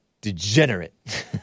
Degenerate